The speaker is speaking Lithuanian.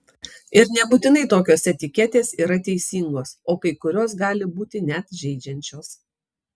ir nebūtinai tokios etiketės yra teisingos o kai kurios gali būti net žeidžiančios